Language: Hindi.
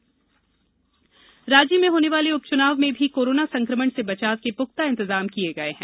मतदान तैयारी राज्य में होने वाले उपचुनाव में भी कोरोना संक्रमण से बचाव के पुख्ता इंतजाम किये गये हैं